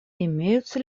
имеются